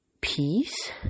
peace